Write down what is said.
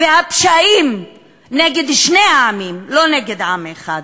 והפשעים נגד שני העמים, לא נגד עם אחד.